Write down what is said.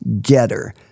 Getter